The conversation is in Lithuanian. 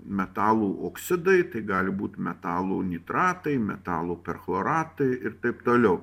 metalų oksidai tai gali būt metalų nitratai metalų perchloratai ir taip toliau